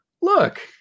look